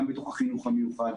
גם בתוך החינוך המיוחד.